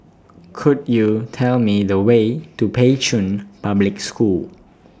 Could YOU Tell Me The Way to Pei Chun Public School